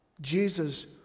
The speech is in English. Jesus